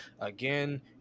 Again